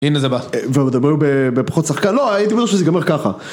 הנה זה בא. ועוד אמרו בפחות שחקן, לא הייתי בטוח שזה ייגמר ככה.